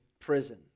prison